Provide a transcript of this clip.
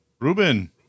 Ruben